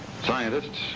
Scientists